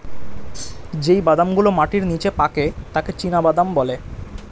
যেই বাদাম গুলো মাটির নিচে পাকে তাকে চীনাবাদাম বলে